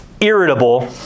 irritable